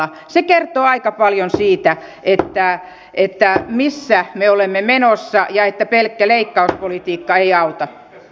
se kertoo aika paljon siitä missä me olemme menossa ja että pelkkä leikkauspolitiikka ei auta